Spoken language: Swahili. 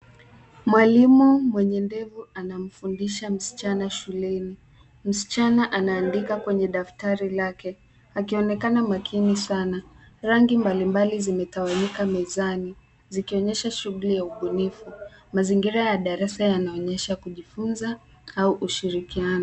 Mwalimu mwenye ndevu anamfundisha msichana shuleni. Msichana anaandika kwenye daftari lake, akionekana makini sana. Rangi mbalimbali zimetawanyika mezani, zikionyesha shughuli ya ubunifu. Mazingira ya darasa yanaonyesha kujifunza au ushirikiano.